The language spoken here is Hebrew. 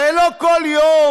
הרי לא כל יום